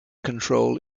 control